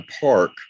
Park